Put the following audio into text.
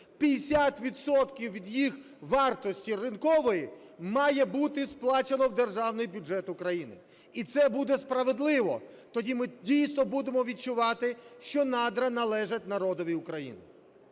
від їх вартості ринкової має бути сплачено в державний бюджет України. І це буде справедливо. Тоді ми, дійсно, будемо відчувати, що надра належать народові України.